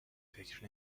فکر